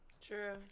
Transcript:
True